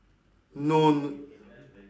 no